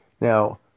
Now